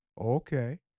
Okay